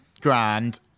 grand